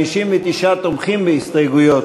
59 תומכים בהסתייגות,